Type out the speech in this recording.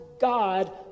God